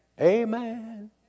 amen